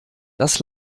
das